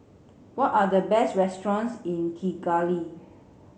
what are the best restaurants in Kigali